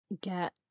get